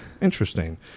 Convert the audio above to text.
Interesting